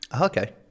Okay